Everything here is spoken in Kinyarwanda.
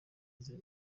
izi